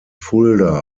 fulda